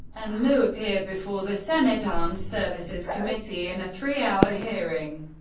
and lew appeared before the senate armed services committee in a three-hour hearing.